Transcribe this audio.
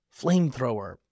flamethrower